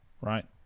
right